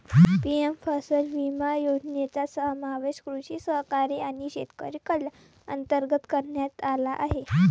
PM फसल विमा योजनेचा समावेश कृषी सहकारी आणि शेतकरी कल्याण अंतर्गत करण्यात आला आहे